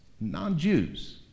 non-Jews